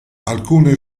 alcune